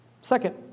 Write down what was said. Second